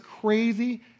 crazy